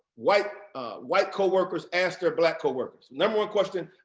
white white coworkers asked their black coworkers number one question,